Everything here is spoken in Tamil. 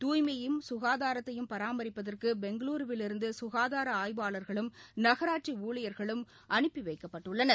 தூய்மையையும் சுகாதாரத்தையும் பராமரிப்பதற்கு பெங்களூருவிலிருந்து சுகாதார ஆய்வாளர்களும் நகராட்சி ஊழியர்களும் அனுப்பி வைக்கப்பட்டுள்ளனர்